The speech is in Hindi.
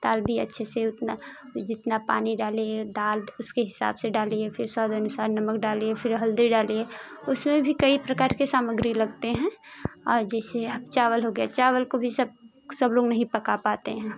दाल भी अच्छे से उतना जितना पानी डालें दाल उसके हिसाब से डालिए फिर स्वाद अनुसार नमक डालिए फ़िर हल्दी डालिए उसमें भी कई प्रकार के सामग्री लगते हैं और जैसे अब चावल हो गया चावल को भी सब सब लोग नहीं पका पाते हैं